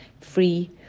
free